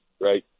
Right